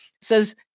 says